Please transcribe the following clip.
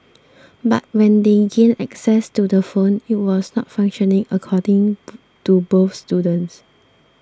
but when they gained access to the phone it was not functioning according to both students